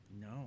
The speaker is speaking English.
No